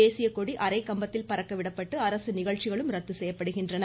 தேசியக்கொடி அரை கம்பத்தில் பறக்க விடப்பட்டு அரசு நிகழ்ச்சிகளும் ரத்து செய்யப்படுகின்றன